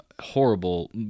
horrible